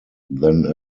than